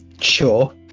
sure